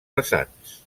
vessants